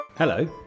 Hello